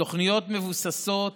התוכניות מבוססות